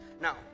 Now